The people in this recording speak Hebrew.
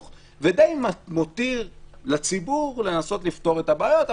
ודי מותיר לציבור לנסות לפתור את הבעיות.